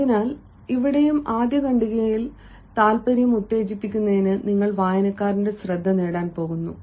അതിനാൽ ഇവിടെയും ആദ്യ ഖണ്ഡികയിൽ താൽപ്പര്യം ഉത്തേജിപ്പിക്കുന്നതിന് നിങ്ങൾ വായനക്കാരന്റെ ശ്രദ്ധ നേടാൻ പോകുന്നു